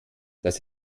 das